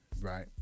Right